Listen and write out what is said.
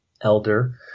elder